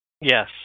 Yes